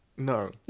No